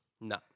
No